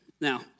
Now